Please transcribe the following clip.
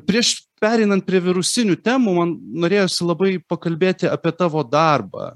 prieš pereinant prie virusinių temų man norėjosi labai pakalbėti apie tavo darbą